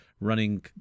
running